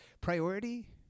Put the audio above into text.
priority